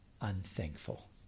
unthankful